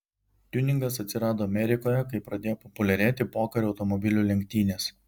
tiuningas atsirado amerikoje kai pradėjo populiarėti pokario automobilių lenktynės